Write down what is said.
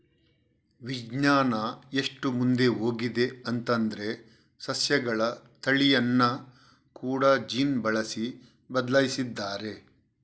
ವಿಜ್ಞಾನ ಎಷ್ಟು ಮುಂದೆ ಹೋಗಿದೆ ಅಂತಂದ್ರೆ ಸಸ್ಯಗಳ ತಳಿಯನ್ನ ಕೂಡಾ ಜೀನ್ ಬಳಸಿ ಬದ್ಲಾಯಿಸಿದ್ದಾರೆ